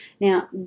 now